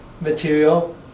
material